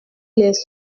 les